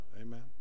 Amen